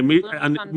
לא, אני מסביר.